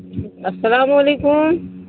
السلام علیکم